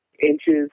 inches